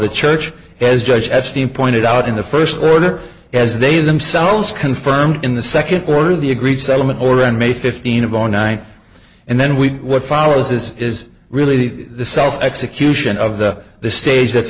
the church as judge epstein pointed out in the first order as they themselves confirmed in the second order of the agreed settlement order and may fifteen of zero nine and then we what follows is is really the self execution of the the stage that's